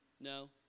No